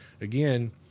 again